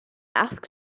asked